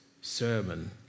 sermon